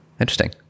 interesting